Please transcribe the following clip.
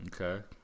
Okay